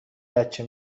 بچه